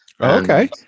okay